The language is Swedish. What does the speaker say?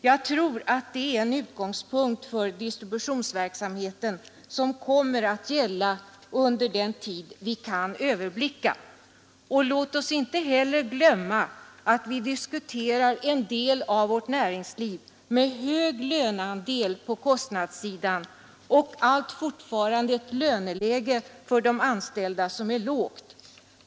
Jag tror att det är en utgångspunkt för distributionsverksamheten som kommer att gälla under den tid vi kan överblicka. Låt oss inte heller glömma att vi diskuterar en del av vårt näringsliv med hög löneandel på kostnadssidan och allt fortfarande ett löneläge för de anställda som är lågt.